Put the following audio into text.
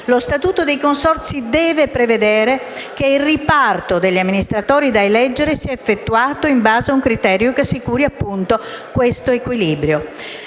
Lo statuto dei consorzi deve prevedere che il riparto degli amministratori da eleggere sia effettuato in base a un criterio che assicuri, appunto, questo equilibrio.